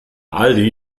aldi